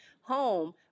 home